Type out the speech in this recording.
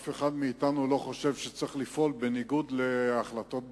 אף אחד מאתנו לא חושב שצריך לפעול בניגוד להחלטות בג"ץ.